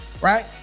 right